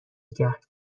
کرد